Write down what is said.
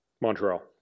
Montreal